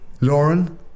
Lauren